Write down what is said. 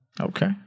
Okay